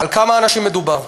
בכמה אנשים מדובר?